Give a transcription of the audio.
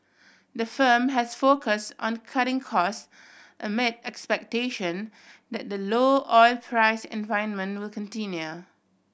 the firm has focus on cutting cost amid expectation that the low oil price environment will continue